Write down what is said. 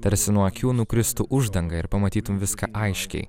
tarsi nuo akių nukristų uždanga ir pamatytum viską aiškiai